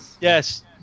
Yes